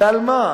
על מה?